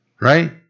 right